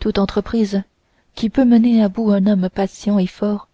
toutes entreprises que peut mener à bout un homme patient et fort